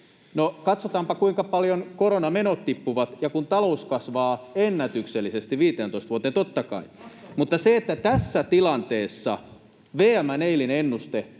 katsotaanpa, kuinka paljon koronamenot tippuvat, ja kun talous kasvaa ennätyksellisesti 15 vuoteen, niin totta kai.